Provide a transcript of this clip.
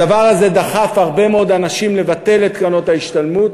הדבר הזה דחף הרבה מאוד אנשים לבטל את קרנות ההשתלמות,